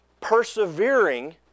persevering